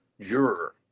juror